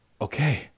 Okay